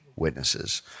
witnesses